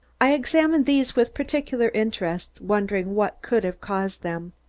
i examined these with particular interest, wondering what could have caused them.